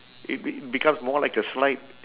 it be~ becomes more like a slide